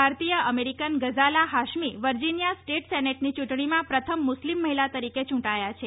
ભારતીય American Ghazala Hashmi Virginia state સેનેટની ચૂંટણીમાં પ્રથમ મુસ્લિમ મહિલા તરીકે ચૂંટાથા છે